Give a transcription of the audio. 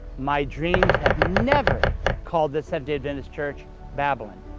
my dreams have never called the seventh-day adventist church babylon.